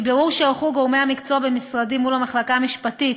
מבירור שערכו גורמי המקצוע במשרדי מול המחלקה המשפטית